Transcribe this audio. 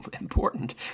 important